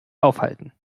aufhalten